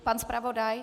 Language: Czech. Pan zpravodaj?